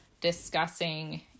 discussing